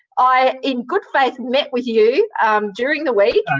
i, in good faith, met with you during the week,